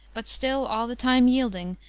but still all the time yielding,